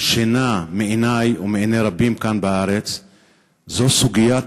שינה מעיני ומעיני רבים כאן בארץ זו סוגיית